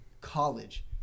college